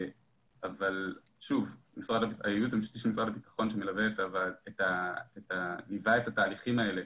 אבל הייעוץ המשפטי של משרד הביטחון שליווה את התהליכים האלה